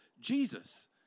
Jesus